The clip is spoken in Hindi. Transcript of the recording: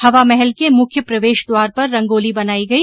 हवामहल के मुख्य प्रवेश द्वार पर रंगोली बनाई गई